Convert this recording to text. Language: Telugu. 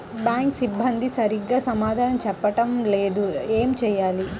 బ్యాంక్ సిబ్బంది సరిగ్గా సమాధానం చెప్పటం లేదు ఏం చెయ్యాలి?